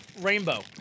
Rainbow